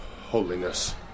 holiness